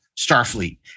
Starfleet